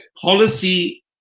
policy